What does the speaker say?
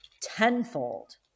tenfold